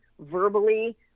verbally